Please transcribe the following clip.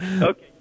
Okay